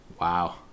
Wow